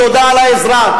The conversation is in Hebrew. תודה על העזרה.